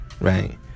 right